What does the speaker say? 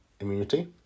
immunity